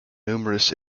numerous